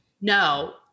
No